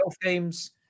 games